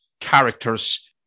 characters